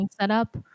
setup